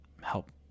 help